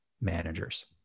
managers